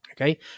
Okay